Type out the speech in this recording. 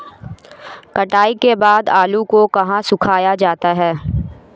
कटाई के बाद आलू को कहाँ सुखाया जाता है?